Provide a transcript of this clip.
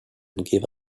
gave